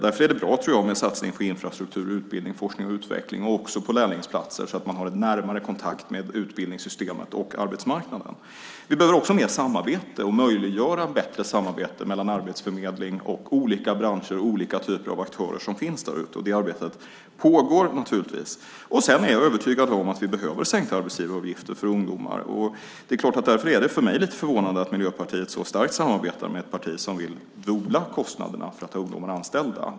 Därför är det, tror jag, bra med satsningar på infrastruktur, utbildning, forskning och utveckling men också på lärlingsplatser så att man har en närmare kontakt mellan utbildningssystemet och arbetsmarknaden. Vi behöver också mer av samarbete och behöver möjliggöra ett bättre samarbete mellan Arbetsförmedlingen och olika branscher och olika typer av aktörer som finns där ute. Det arbetet pågår naturligtvis. Jag är övertygad om att vi också behöver sänkta arbetsgivaravgifter för ungdomar. Därför är det för mig lite förvånande att Miljöpartiet så starkt samarbetar med ett parti som vill dubbla kostnaderna för att ha ungdomar anställda.